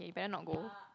eh you better not go